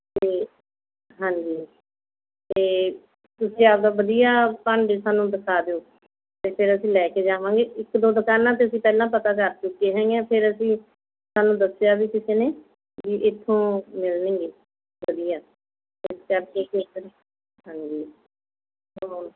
ਅਤੇ ਹਾਂਜੀ ਅਤੇ ਤੁਸੀਂ ਆਪਦਾ ਵਧੀਆ ਭਾਂਡੇ ਸਾਨੂੰ ਦਿਖਾ ਦਿਓ ਅਤੇ ਫੇਰ ਅਸੀਂ ਲੈ ਕੇ ਜਾਵਾਂਗੇ ਇੱਕ ਦੋ ਦੁਕਾਨਾਂ 'ਤੇ ਅਸੀਂ ਪਹਿਲਾਂ ਪਤਾ ਕਰ ਚੁੱਕੇ ਹੋਏ ਹਾਂ ਫੇਰ ਅਸੀਂ ਸਾਨੂੰ ਦੱਸਿਆ ਵੀ ਕਿਸੇ ਨੇ ਵੀ ਇੱਥੋਂ ਮਿਲਣਗੇ ਵਧੀਆ ਇਸ ਕਰਕੇ ਫੇਰ ਸਾਨੂੰ ਹਾਂਜੀ ਹੋਰ